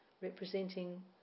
representing